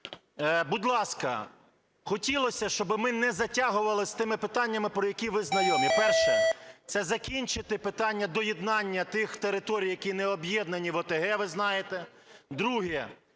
Будь ласка, хотілося, щоби ми не затягували з тими питаннями, про які ви знайомі. Перше – це закінчити питання доєднання тих територій, які не об'єднані в ОТГ, ви знаєте.